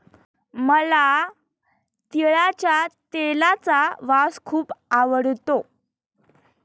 मला तिळाच्या तेलाचा वास खूप आवडतो